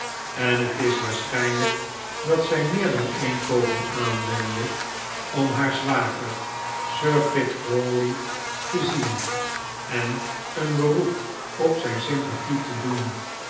en het is waarschijnlijk dat zij meer dan een poging aanwendde om haar zwager sir pitt crawley te zien en een beroep op zijn sympathie te doen